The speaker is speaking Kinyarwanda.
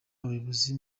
abayobozi